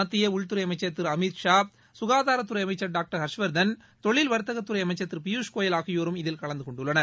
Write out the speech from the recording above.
மத்திய உள்தறை அமைச்ச் திரு அமித்ஷா கசாதாரத்துறை அமைச்ச் டாக்டர் ஹர்ஷ்வாதன் தொழில் வர்த்தகத்துறை அமைச்சர் திரு பியூஷ் கோயல் ஆகியோரும் இதில் கலந்து கொண்டுள்ளனர்